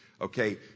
okay